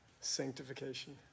Sanctification